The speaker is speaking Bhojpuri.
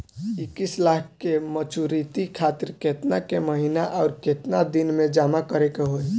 इक्कीस लाख के मचुरिती खातिर केतना के महीना आउरकेतना दिन जमा करे के होई?